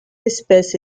espèce